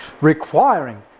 requiring